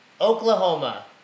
Oklahoma